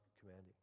commanding